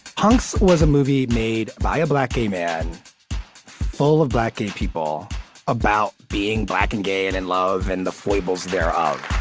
punks was a movie made by a black, gay man full of black, gay people about being black and gay and in love and the foibles thereof